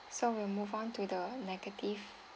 so we'll move on to the negative